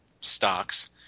Stocks